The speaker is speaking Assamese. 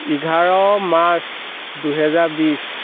এঘাৰ মাৰ্চ দুই হাজাৰ বিশ